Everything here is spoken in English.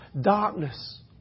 darkness